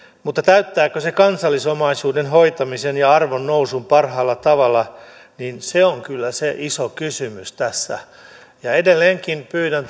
mutta täyttääkö se kansallisomaisuuden hoitamisen ja arvon nousun parhaalla tavalla se on kyllä se iso kysymys tässä edelleenkin pyydän